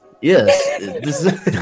Yes